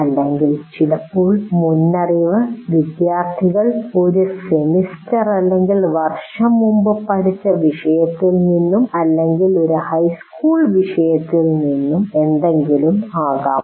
അല്ലെങ്കിൽ ചിലപ്പോൾ മുൻഅറിവ് വിദ്യാർത്ഥികൾ ഒരു സെമസ്റ്റർ അല്ലെങ്കിൽ വർഷം മുമ്പ് പഠിച്ച വിഷയത്തിൽ നിന്നും അല്ലെങ്കിൽ ഒരു ഹൈസ്കൂൾ വിഷയത്തിൽ നിന്ന് എന്തെങ്കിലും ആകാം